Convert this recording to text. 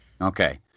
Okay